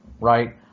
right